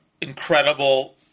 incredible